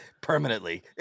permanently